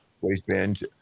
waistband